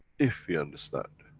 if we understand,